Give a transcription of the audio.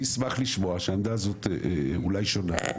אני אשמח לשמוע שהעמדה הזאת אולי שונה,